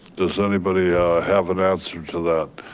does anybody have an answer to that?